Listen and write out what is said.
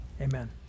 Amen